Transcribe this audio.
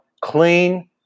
clean